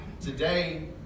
Today